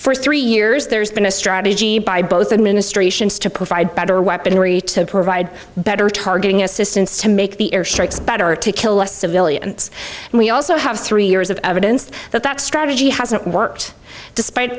for three years there's been a strategy by both administrations to provide better weaponry to provide better targeting assistance to make the air strikes better to kill less civilians and we also have three years of evidence that that strategy hasn't worked despite